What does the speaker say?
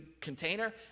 container